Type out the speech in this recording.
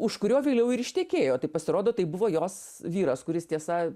už kurio vėliau ir ištekėjo tai pasirodo tai buvo jos vyras kuris tiesa